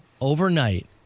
overnight